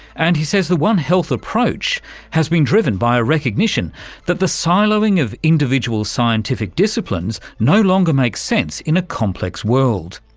and he says the one health approach has been driven by a recognition that the siloing of individual scientific disciples no longer makes sense in a complex world.